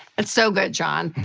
and so good, john.